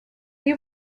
you